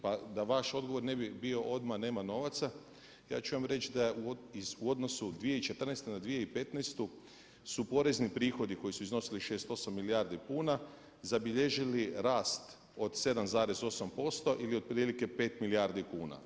Pa da vaš odgovor ne bi bio odmah nema novaca, ja ću vam reći da je u odnosu 2014. na 2015. su porezni prihodi koji su iznosili 68 milijardi kuna zabilježili rast od 7,8% ili otprilike 5 milijardi kuna.